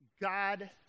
God